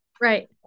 Right